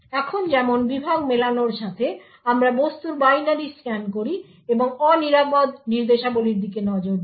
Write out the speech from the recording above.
এখন যেমন বিভাগ মেলানোর সাথে আমরা বস্তুর বাইনারি স্ক্যান করি এবং অনিরাপদ নির্দেশাবলীর দিকে নজর দিই